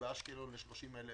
ובאשקלון ל-30,000